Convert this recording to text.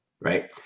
right